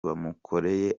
bamukoreye